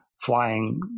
flying